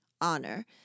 honor